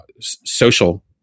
social